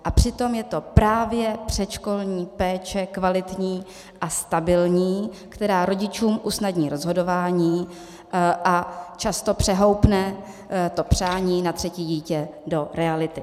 A přitom je to právě předškolní péče, kvalitní a stabilní, která rodičům usnadní rozhodování a často přehoupne to přání na třetí dítě do reality.